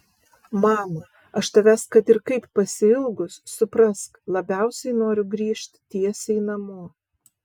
mama aš tavęs kad ir kaip pasiilgus suprask labiausiai noriu grįžt tiesiai namo